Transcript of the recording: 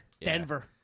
Denver